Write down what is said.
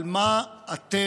על מה אתם,